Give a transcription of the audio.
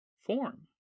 form